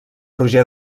roger